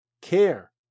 care